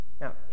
Now